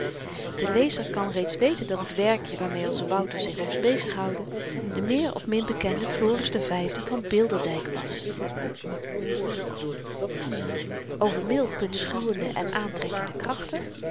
de lezer kan reeds weten dat het werkje waarmee onze wouter zich moest bezig houden de meer of min bekende floris de vyfde van bilderdyk was over middelpuntschuwende en aantrekkende krachten